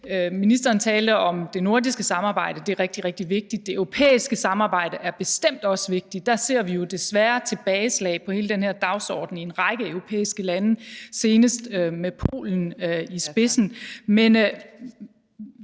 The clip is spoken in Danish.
Ministeren talte om det nordiske samarbejde, det er rigtig, rigtig vigtigt. Det europæiske samarbejde er bestemt også vigtigt, og der ser vi jo desværre tilbageslag på hele den her dagsorden i en række europæiske lande, senest med Polen i spidsen.